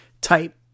type